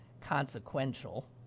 consequential